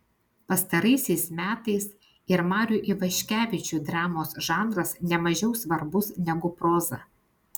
pastaraisiais metais ir mariui ivaškevičiui dramos žanras ne mažiau svarbus negu proza